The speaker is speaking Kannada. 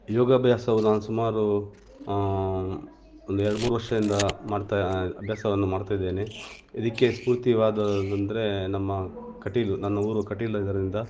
ಯೋಗಾಭ್ಯಾಸವು ನಾನು ಸುಮಾರು ಒಂದು ಎರಡು ಮೂರು ವರ್ಷದಿಂದ ಮಾಡ್ತಾ ಅಭ್ಯಾಸವನ್ನು ಮಾಡ್ತಾ ಇದ್ದೇನೆ ಇದಕ್ಕೆ ಸ್ಫೂರ್ತಿಯಾದದ್ ಅಂದರೆ ನಮ್ಮ ಕಟೀಲು ನನ್ನ ಊರು ಕಟೀಲು ಅದರಿಂದ